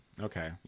okay